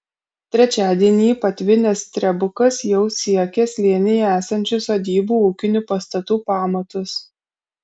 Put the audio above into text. trečiadienį patvinęs strebukas jau siekė slėnyje esančių sodybų ūkinių pastatų pamatus